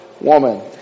woman